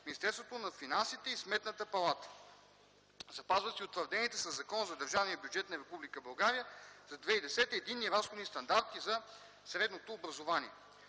Министерството на финансите и Сметната палата. Запазват се утвърдените със Закона за държавния бюджет на Република България за 2010 г. единни разходи и стандарти за средното образование.